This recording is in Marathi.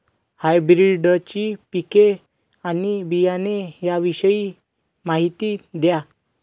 हायब्रिडची पिके आणि बियाणे याविषयी माहिती द्या